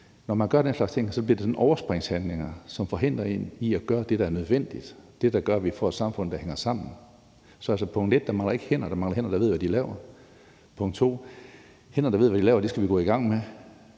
når man gør den slags ting, så bliver sådan en slags overspringshandlinger, som forhindrer en i at gøre det, der er nødvendigt, og det, der gør, at vi får et samfund, der hænger sammen. Så punkt 1: Der mangler ikke hænder; der mangler hænder, der ved, hvad de laver. Punkt 2: Hænder, der ved, hvad de laver, skal vi gå i gang med